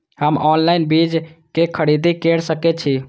हम ऑनलाइन बीज के खरीदी केर सके छी?